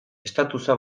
statusa